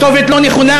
כתובת לא נכונה.